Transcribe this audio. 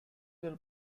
were